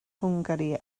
hwngari